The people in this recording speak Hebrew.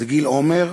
זה גיל עומר,